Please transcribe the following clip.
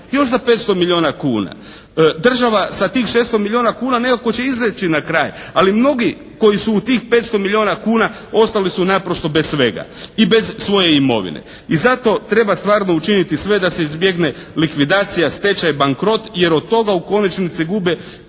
još za 500 milijuna kuna. Država sa tih 600 milijuna kuna nekako će izaći na kraj. Ali mnogi koji su u tih 500 milijuna ostali su naprosto bez svega, i bez svoje imovine. I zato treba stvarno učiniti sve da se izbjegne likvidacija, stečaj, bankrot jer od toga u konačnici gube